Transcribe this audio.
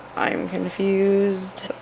i'm confused,